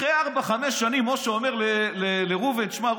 אחרי ארבע-חמש שנים משה אומר לראובן: תשמע,